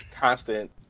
constant